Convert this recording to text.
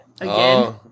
again